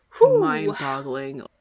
Mind-boggling